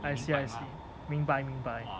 I see I see 明白明白